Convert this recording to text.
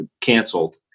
canceled